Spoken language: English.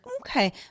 okay